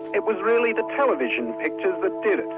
it was really the television pictures that did it.